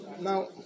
Now